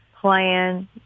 plan